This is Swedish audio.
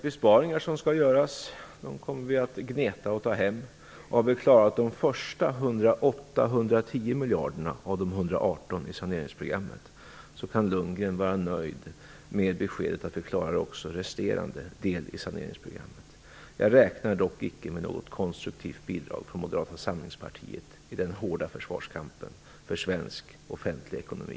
Besparingar som skall göras kommer vi att gneta med och ta hem. Har vi klarat de första 108-110 Lundgren vara nöjd med beskedet att vi klarar också resterande del i saneringsprogrammet. Jag räknar dock icke med något konstruktivt bidrag från Moderata samlingspartiet i den hårda försvarskampen för svensk offentlig ekonomi.